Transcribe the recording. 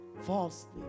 falsely